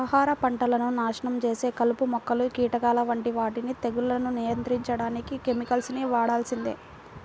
ఆహార పంటలను నాశనం చేసే కలుపు మొక్కలు, కీటకాల వంటి వాటిని తెగుళ్లను నియంత్రించడానికి కెమికల్స్ ని వాడాల్సిందే